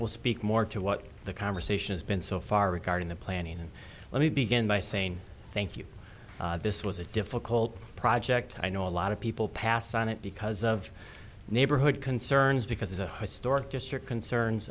will speak more to what the conversation has been so far regarding the planning and let me begin by saying thank you this was a difficult project i know a lot of people pass on it because of neighborhood concerns because a historic just your concerns